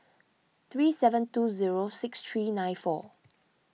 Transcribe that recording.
three seven two zero six three nine four